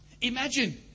Imagine